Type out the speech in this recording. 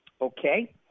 Okay